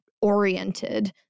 oriented